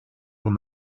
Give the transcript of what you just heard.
when